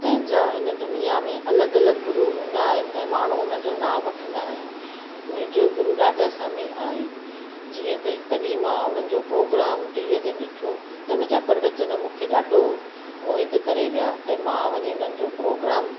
हर कंहिंजा हिन दुनिया में अलॻि अलॻि गुरू हूंदा आहिनि ऐं माण्हूं हुनजो नाम वठंदा आहिनि मुंहिंजो गुरू राधा स्वामी आहे जीअं त हिकु ॾीहुं मां हुननि जो प्रोग्राम टीवीअ ते ॾिठो त हुन जा प्रवचन मूंखे ॾाढो मोहित करे विया ऐं मां वञी हुननि जो प्रोग्राम